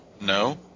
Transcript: No